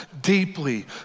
deeply